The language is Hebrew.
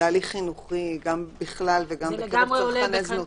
תהליך חינוכי גם בכלל וגם בקרב צרכני זנות.